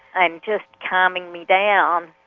and just calming me down.